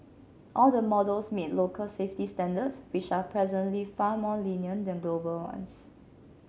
all the models meet local safety standards which are presently far more lenient than global ones